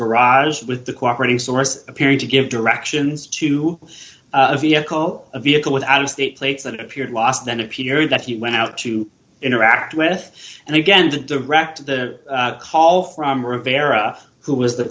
garage with the cooperating source appearing to give directions to a vehicle a vehicle with out of state plates that appeared last then appearing that he went out to interact with and again direct the call from rivera who was the